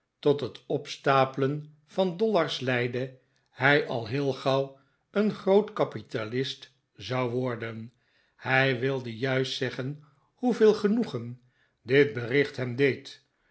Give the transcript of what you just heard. tot het opstapelen van dollars leidden hij al heel gauw een grootkapitalist zou worden hij wilde juist zeggen hoeveel genoegen dit bericht hem deed